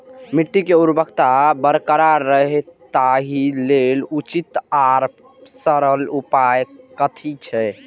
मिट्टी के उर्वरकता बरकरार रहे ताहि लेल उचित आर सरल उपाय कथी छे?